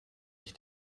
ich